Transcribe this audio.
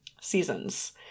seasons